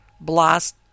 blast